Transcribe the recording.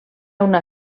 una